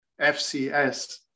FCS